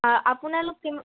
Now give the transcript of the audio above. আপোনালোক কিমান